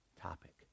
topic